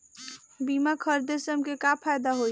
बीमा खरीदे से हमके का फायदा होई?